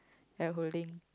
I holding